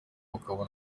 ukabona